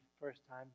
first-time